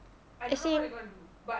as in